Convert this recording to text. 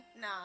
Nah